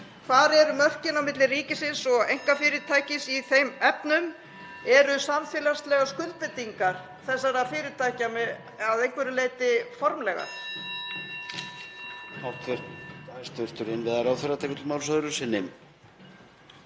Hvar eru mörkin á milli ríkisins og einkafyrirtækis í þeim efnum? Eru samfélagslegar skuldbindingar þessara fyrirtækja að einhverju leyti formlegar?